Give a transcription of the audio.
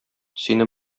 сине